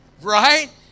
right